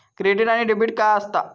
Credit आणि debit काय असता?